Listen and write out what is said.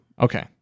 Okay